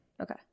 okay